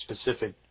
specific